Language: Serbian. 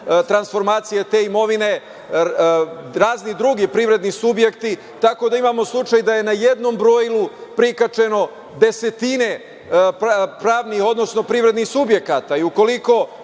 transformacije te imovine razni drugi privredni subjekti, tako da imamo slučaj da je na jednom brojilu prikačeno desetine pravnih, odnosno privrednih subjekata.